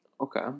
Okay